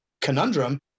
conundrum